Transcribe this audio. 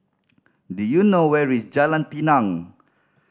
do you know where is Jalan Pinang